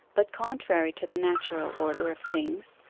but contrary to the natural order of things,